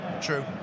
True